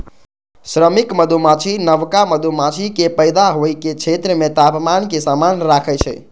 श्रमिक मधुमाछी नवका मधुमाछीक पैदा होइ के क्षेत्र मे तापमान कें समान राखै छै